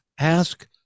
ask